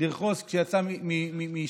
לרכוס כשיצא מהשירותים.